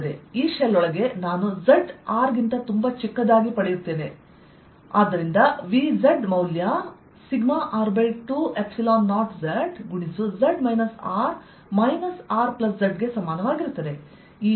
ಈ ಶೆಲ್ ಒಳಗೆ ನಾನು z R ಅನ್ನು ಹೊಂದಲಿದ್ದೇನೆ ಮತ್ತು ಆದ್ದರಿಂದ V ಮೌಲ್ಯσR20zz R Rzಗೆ ಸಮಾನವಾಗಿರುತ್ತದೆ